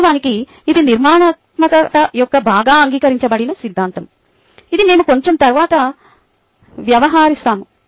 వాస్తవానికి ఇది నిర్మాణాత్మకత యొక్క బాగా అంగీకరించబడిన సిద్ధాంతం ఇది మేము కొంచెం తరువాత వ్యవహరిస్తాము